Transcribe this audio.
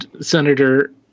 Senator